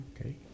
Okay